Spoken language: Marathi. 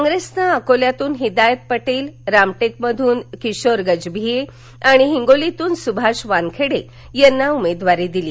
कॉग्रेसनं अकोल्यातून हिदायत पटेल रामटेकमधून किशोर गजभिये आणि हिगोलीतून सुभाष वानखेडे यांना उमेदवारी दिली